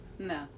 No